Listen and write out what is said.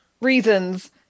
reasons